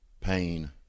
Pain